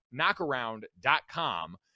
knockaround.com